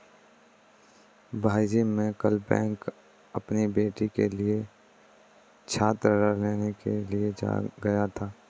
भाईजी मैं कल बैंक अपनी बेटी के लिए छात्र ऋण लेने के लिए गया था